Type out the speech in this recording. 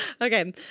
Okay